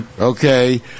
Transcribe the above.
Okay